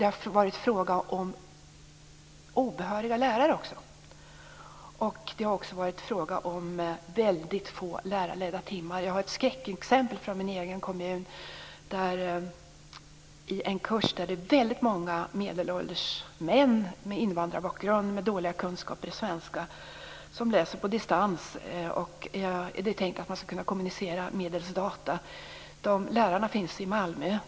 Det har också varit fråga om obehöriga lärare och väldigt få lärarledda timmar. Jag har ett skräckexempel från min egen hemkommun. Det är en kurs med väldigt många medelålders män med invandrarbakgrund och med dåliga kunskaper i svenska som läser på distans. Det är tänkt att man skall kunna kommunicera medelst datorer. Lärarna finns i Malmö.